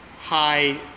high